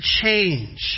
change